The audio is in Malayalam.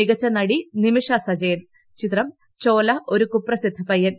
മികച്ച നടി നിമിഷ സജയൻ ചിത്രം ചോല ഒരു കൂപ്രസിദ്ധ പയ്യൻ